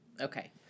Okay